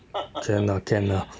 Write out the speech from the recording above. can lah can lah